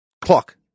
clock